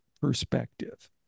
perspective